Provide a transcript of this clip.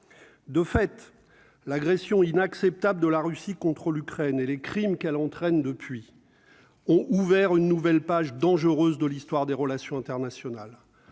de fait l'agression inacceptable de la Russie contre l'Ukraine et les crimes qu'elle entraîne depuis ont ouvert une nouvelle page dangereuse de l'histoire des relations internationales,